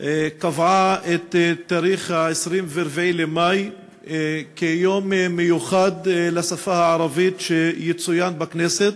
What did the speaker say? קבעה את התאריך 24 במאי כיום מיוחד לשפה הערבית שיצוין בכנסת.